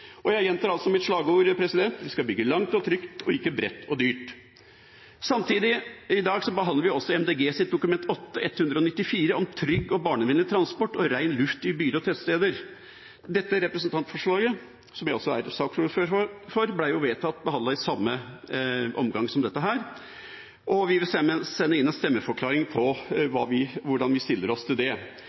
Jeg gjentar mitt slagord: Vi skal bygge langt og trygt, ikke bredt og dyrt. Samtidig behandler vi i dag også Miljøpartiet De Grønnes Dokument 8:194 S om trygg og barnevennlig transport og ren luft i byer og tettsteder. Dette representantforslaget, som jeg også er saksordfører for, ble jo vedtatt behandlet i samme omgang som dette, og vi vil gi en stemmeforklaring på hvordan vi stiller oss til det.